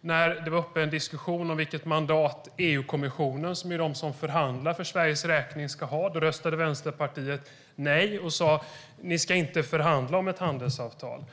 När det var en diskussion om vilket mandat EU-kommissionen, som förhandlar för Sveriges räkning, ska ha röstade Vänsterpartiet nej. Man ville inte att kommissionen skulle förhandla fram ett handelsavtal.